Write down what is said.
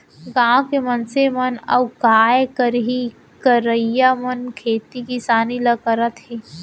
गॉंव के मनसे मन अउ काय करहीं करइया मन खेती किसानी ल करत हें